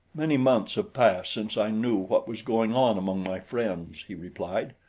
many months have passed since i knew what was going on among my friends, he replied.